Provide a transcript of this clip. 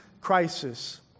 crisis